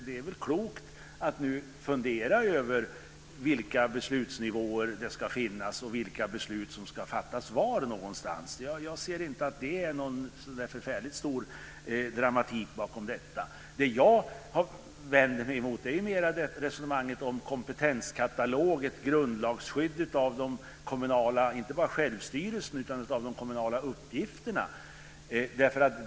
Det är väl klokt att nu fundera över vilka beslutsnivåer som ska finnas och vilka beslut som ska fattas var. Jag ser inte att det är någon så där förfärligt stor dramatik bakom detta. Det jag vänder mig emot är mera resonemanget om en kompetenskatalog och ett grundlagsskydd inte bara av den kommunala självstyrelsen utan också av de kommunala uppgifterna.